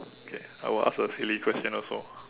okay I will ask a silly question also